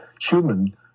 human